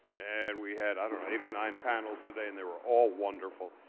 and we had i don't know, eight or nine panels today. and they were all wonderful.